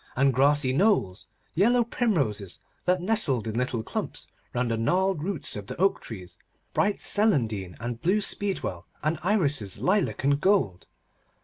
and grassy knolls yellow primroses that nestled in little clumps round the gnarled roots of the oak-trees bright celandine, and blue speedwell, and irises lilac and gold.